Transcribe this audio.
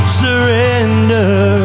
surrender